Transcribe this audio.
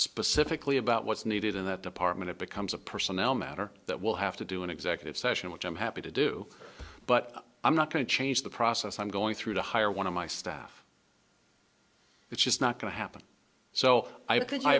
specifically about what's needed in that department it becomes a personnel matter that will have to do an executive session which i'm happy to do but i'm not going to change the process i'm going through to hire one of my staff it's just not going to happen so i